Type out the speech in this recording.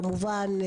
כמובן,